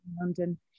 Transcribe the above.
London